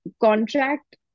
contract